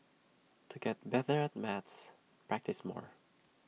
to get better at maths practise more